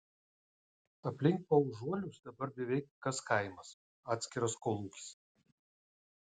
aplink paužuolius dabar beveik kas kaimas atskiras kolūkis